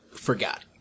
Forgot